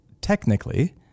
technically